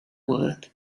word